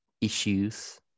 issues